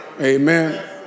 Amen